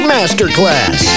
Masterclass